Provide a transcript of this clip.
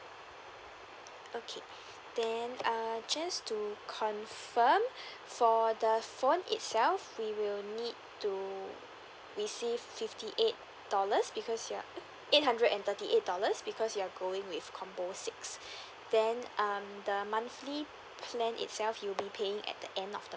okay then err just to confirm for the phone itself we will need to receive fifty eight dollars because ya eight hundred and thirty eight dollars because you're going with combo six then um the monthly plan itself you'll be paying at the end of the